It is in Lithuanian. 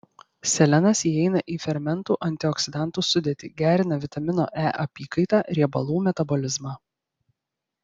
selenas įeina į fermentų antioksidantų sudėtį gerina vitamino e apykaitą riebalų metabolizmą